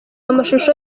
amashusho